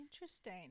Interesting